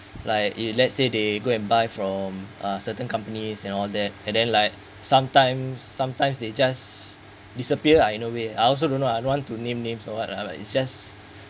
like it let's say they go and buy from uh certain companies and all that and then like sometimes sometimes they just disappeared uh in a way I also don't know I don't want to name names or what lah like it's just